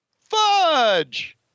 Fudge